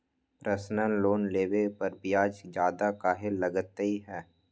Personal loan लेबे पर ब्याज ज्यादा काहे लागईत है?